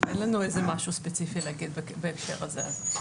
אין לנו איזה משהו ספציפי להגיד בהקשר הזה.